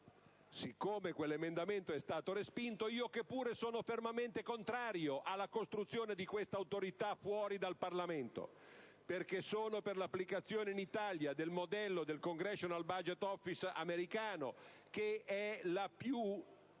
Siccome quell'emendamento è stato respinto io, che pure sono fermamente contrario alla costruzione di questa autorità fuori dal Parlamento (perché sono per l'applicazione in Italia del modello del *Congressional Budget Office* americano - la più